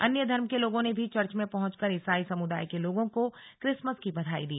अन्य धर्म के लोगों ने भी चर्च में पहंचकर ईसाई समुदाय के लोगों को क्रिसमस की बधाई दी